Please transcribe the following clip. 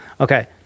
Okay